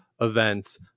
events